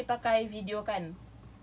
so kalau you pakai video kan